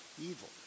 evil